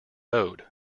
owed